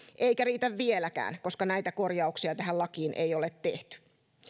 eikä riitä vieläkään koska näitä korjauksia lakiin ei ole tehty